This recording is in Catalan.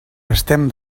estem